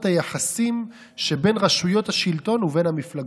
היחסים שבין רשויות השלטון ובין המפלגות.